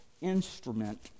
Instrument